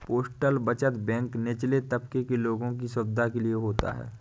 postal बचत bank निचले तबके के लोगों की सुविधा के लिए होता है